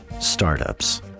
startups